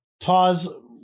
Pause